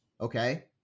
Okay